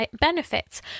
benefits